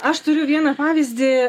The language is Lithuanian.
aš turiu vieną pavyzdį